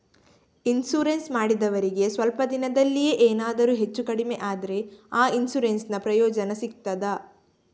Insurance ಮಾಡಿದವರಿಗೆ ಸ್ವಲ್ಪ ದಿನದಲ್ಲಿಯೇ ಎನಾದರೂ ಹೆಚ್ಚು ಕಡಿಮೆ ಆದ್ರೆ ಆ ಇನ್ಸೂರೆನ್ಸ್ ನ ಪ್ರಯೋಜನ ಸಿಗ್ತದ?